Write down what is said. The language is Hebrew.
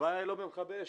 הבעיה היא לא במכבי אש,